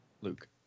Luke